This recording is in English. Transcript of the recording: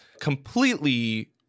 completely